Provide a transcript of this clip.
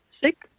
sick